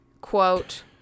quote